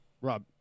Rob